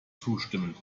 zustimmend